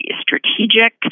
strategic